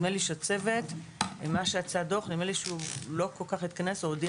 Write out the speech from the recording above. נדמה לי שהצוות לא כל כך התכנס והודיע